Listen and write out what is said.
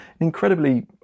incredibly